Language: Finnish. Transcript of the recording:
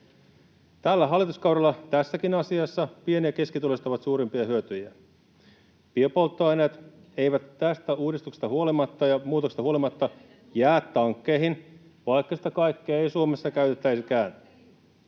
Tällä hallituskaudella tässäkin asiassa pieni- ja keskituloiset ovat suurimpia hyötyjiä. Biopolttoaineet eivät tästä uudistuksesta huolimatta ja muutoksesta huolimatta jää tankkeihin, vaikka sitä kaikkea ei Suomessa käytettäisikään.